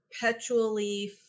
perpetually